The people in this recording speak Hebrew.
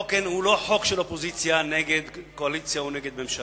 החוק הוא לא חוק של אופוזיציה נגד קואליציה או נגד ממשלה.